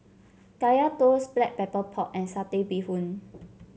Kaya Toast Black Pepper Pork and Satay Bee Hoon